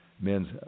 men's